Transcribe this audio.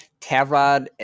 Tavrod